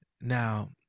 Now